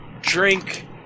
Drink